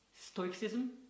stoicism